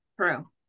True